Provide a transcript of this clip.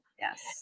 Yes